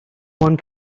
one